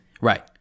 right